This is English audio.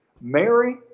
Mary